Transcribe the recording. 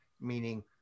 meaning